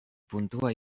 puntua